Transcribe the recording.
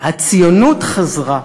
הציונות חזרה.